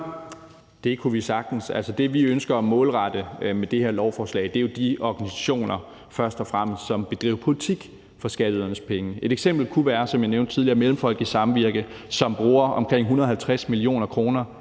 Det kunne vi sagtens. Det, vi ønsker at målrette med det her lovforslag, er først og fremmest de organisationer, som bedriver politik for skatteydernes penge. Et eksempel kunne være, som jeg nævnte tidligere, Mellemfolkeligt Samvirke, som bruger omkring 150 mio. kr.